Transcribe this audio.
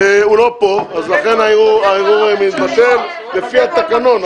המערער לא פה ולכן הערעור מתבטל לפי התקנון,